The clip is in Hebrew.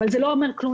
אבל זה לא אומר כלום.